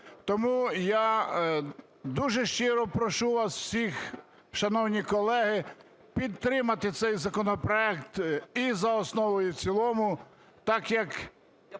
Тому я дуже щиро прошу вас всіх, шановні колеги, підтримати цей законопроект і за основу і в цілому, так як